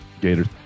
Gators